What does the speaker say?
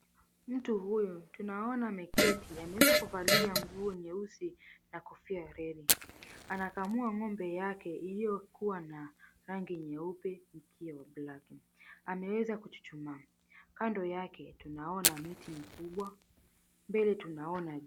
Mtu huyu tunaona ameketi ameweza kuvalia nguo nyeusi na kofia ya redi anakamua ng'ombe yake iliyokuwa na rangi nyeupe mkia wa blaki. Ameweza kuchuchuma. Kando yake tunaona miti mikubwa. Mbele tunaona...